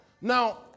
Now